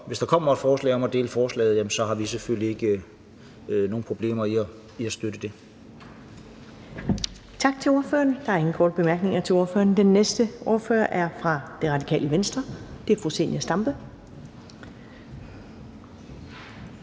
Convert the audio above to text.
Hvis der kommer et forslag om at dele forslaget, har vi selvfølgelig ikke nogen problemer med at støtte det.